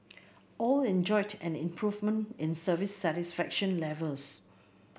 all enjoyed an improvement in service satisfaction levels